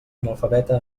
analfabeta